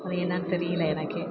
அது என்னென்னு தெரியல எனக்கே